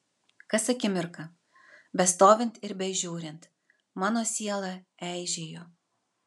kas akimirką bestovint ir bežiūrint mano siela eižėjo